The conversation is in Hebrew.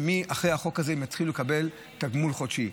ואחרי החוק הזה הם יתחילו לקבל תגמול חודשי.